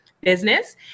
business